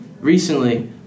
Recently